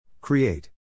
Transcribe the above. Create